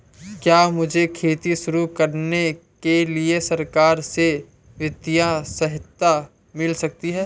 क्या मुझे खेती शुरू करने के लिए सरकार से वित्तीय सहायता मिल सकती है?